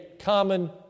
common